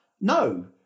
no